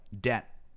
debt